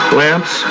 lamps